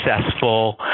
successful